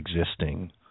existing